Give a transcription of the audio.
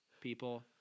people